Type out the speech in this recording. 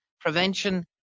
prevention